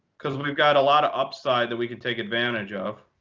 because we've got a lot of upside that we can take advantage of.